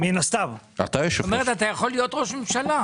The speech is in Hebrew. זאת אומרת, אתה יכול להיות ראש ממשלה.